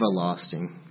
everlasting